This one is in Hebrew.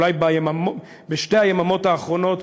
אולי בשתי היממות האחרונות,